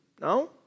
No